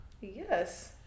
Yes